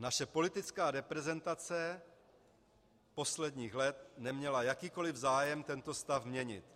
Naše politická reprezentace posledních let neměla jakýkoliv zájem tento stav měnit.